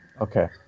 Okay